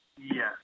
Yes